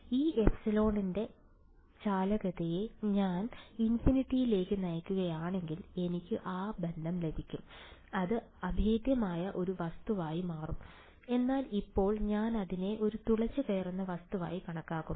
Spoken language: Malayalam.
ഈ എപ്സിലോണിന്റെ ചാലകതയെ ഞാൻ ഇൻഫിനിറ്റിയിലേക്ക് നയിക്കുകയാണെങ്കിൽ എനിക്ക് ആ ബന്ധം ലഭിക്കും അത് അഭേദ്യമായ ഒരു വസ്തുവായി മാറും എന്നാൽ ഇപ്പോൾ ഞാൻ അതിനെ ഒരു തുളച്ചുകയറുന്ന വസ്തുവായി കണക്കാക്കുന്നു